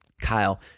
Kyle